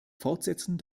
fortsetzen